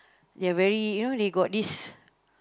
they're very you know they got this